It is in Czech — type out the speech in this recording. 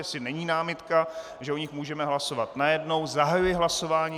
Jestli není námitka, že o nich můžeme hlasovat najednou, zahajuji hlasování.